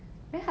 just